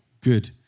Good